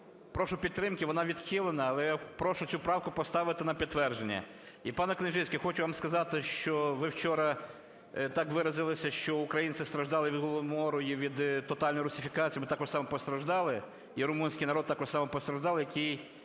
Прошу підтримки. Вона відхилена, але я прошу цю правку поставити на підтвердження. І, пане Княжицький, хочу вам сказати, що ви вчора так виразилися, що українці страждали від голодомору і від тотальної русифікації, ми так само постраждали, і румунський народ також само постраждав, який